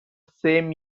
same